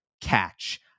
catch